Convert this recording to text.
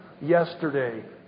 yesterday